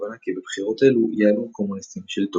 מתוך הבנה כי בבחירות אלו יעלו הקומוניסטים לשלטון.